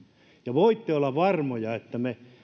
voitte olla varmoja että me